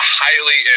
highly